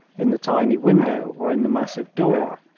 in the tiny window, or in the massive door.